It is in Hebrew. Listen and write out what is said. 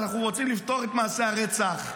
אנחנו רוצים לפתור את מעשי הרצח,